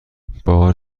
بار